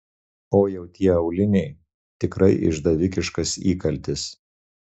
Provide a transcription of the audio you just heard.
o jau tie auliniai tikrai išdavikiškas įkaltis